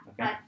Okay